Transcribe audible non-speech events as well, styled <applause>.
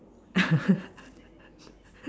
<laughs>